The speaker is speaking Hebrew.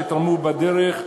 שתרמו בדרך,